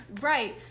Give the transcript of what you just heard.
right